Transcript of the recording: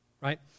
right